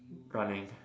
running